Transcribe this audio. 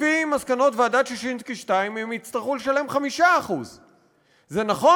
לפי מסקנות ועדת ששינסקי 2 הם יצטרכו לשלם 5%. נכון